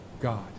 God